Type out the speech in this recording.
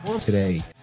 today